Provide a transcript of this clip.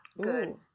good